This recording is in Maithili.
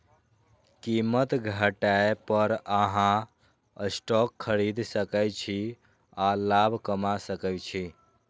कीमत घटै पर अहां स्टॉक खरीद सकै छी आ लाभ कमा सकै छी